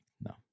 No